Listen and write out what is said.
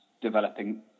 developing